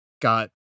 got